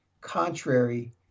contrary